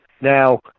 Now